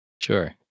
Sure